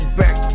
back